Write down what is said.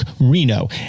Reno